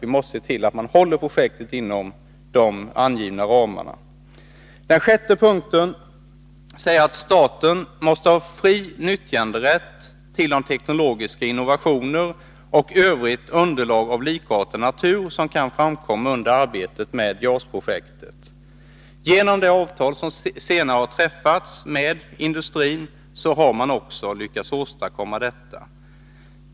Vi måste se till att man håller projektet inom de angivna ramarna. I den sjätte punkten sägs att staten måste ha fri nyttjanderätt till teknologiska innovationer och övrigt underlag av likartad natur som kan framkomma under arbetet med JAS-projektet. Genom det avtal som senare har träffats med industrin har man också lyckats åstadkomma detta.